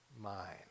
mind